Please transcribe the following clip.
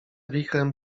wichrem